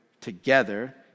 together